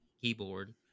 keyboard